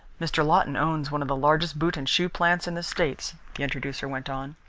mr. lawton owns one of the largest boot and shoe plants in the states, the introducer went on.